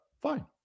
Fine